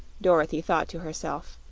dorothy thought to herself,